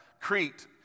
Crete